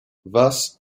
thus